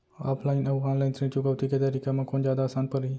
Offline अऊ online ऋण चुकौती के तरीका म कोन जादा आसान परही?